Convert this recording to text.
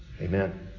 Amen